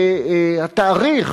והתאריך